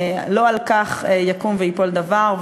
לא על כך יקום וייפול דבר.